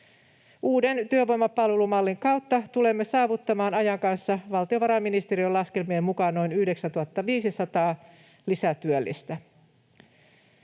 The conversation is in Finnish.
Uuden työvoimapalvelumallin kautta tulemme saavuttamaan ajan kanssa valtiovarainministeriön laskelmien mukaan noin 9 500 lisätyöllistä.